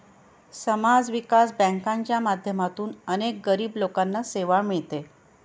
समाज विकास बँकांच्या माध्यमातून अनेक गरीब लोकांना सेवा मिळते